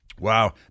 Wow